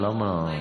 למה?